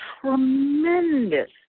tremendous